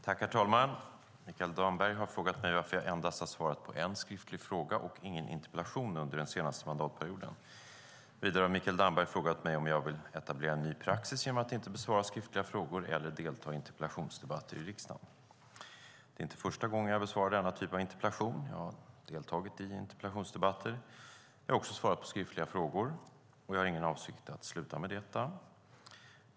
Herr talman! Mikael Damberg har frågat mig varför jag endast har svarat på en skriftlig fråga och ingen interpellation under den senaste mandatperioden. Vidare har Mikael Damberg frågat mig om jag vill etablera en ny praxis genom att inte besvara skriftliga frågor eller delta i interpellationsdebatter i riksdagen. Det är inte första gången jag besvarar denna typ av interpellation. Jag har deltagit i interpellationsdebatter. Jag har också svarat på skriftliga frågor. Jag har ingen avsikt att sluta med detta.